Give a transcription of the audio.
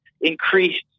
increased